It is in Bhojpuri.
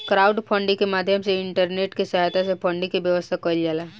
क्राउडफंडिंग के माध्यम से इंटरनेट के सहायता से फंडिंग के व्यवस्था कईल जाला